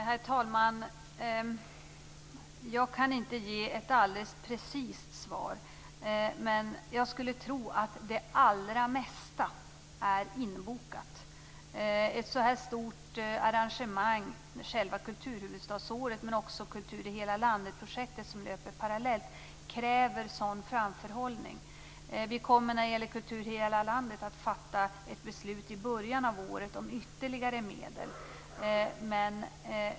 Herr talman! Jag kan inte ge ett alldeles precist svar. Jag skulle tro att det allra mesta är inbokat. Ett så stort arrangemang som själva kulturhuvudstadsåret innebär - det gäller också det projekt för kultur i hela landet som löper parallellt - kräver framförhållning. Beträffande detta med kultur i hela landet kommer vi i början av nästa år att fatta beslut om ytterligare medel.